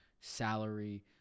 salary